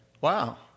wow